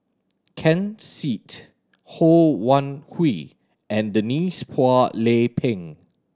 Ken Seet Ho Wan Hui and Denise Phua Lay Peng